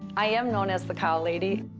i'm known as the cow lady.